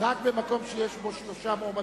רק במקום שיש בו שלושה מועמדים.